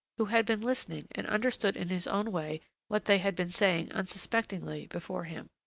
who had been listening and understood in his own way what they had been saying unsuspectingly before him.